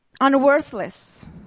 unworthless